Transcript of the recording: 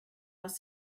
was